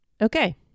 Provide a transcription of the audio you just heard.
Okay